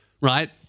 right